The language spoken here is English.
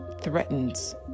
threatens